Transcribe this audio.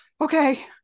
okay